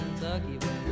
Kentucky